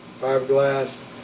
fiberglass